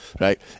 right